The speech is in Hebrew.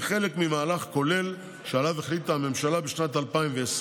והיא חלק ממהלך כולל שעליו החליטה הממשלה בשנת 2020,